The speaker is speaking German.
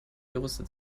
gerüstet